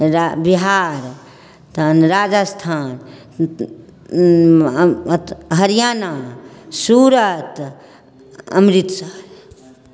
रा बिहार तहन राजस्थान हरियाणा सूरत अमृतसर